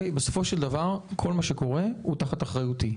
בסופו של דבר כל מה שקורה הוא תחת אחריותי,